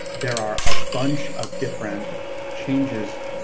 there are a bunch of different changes,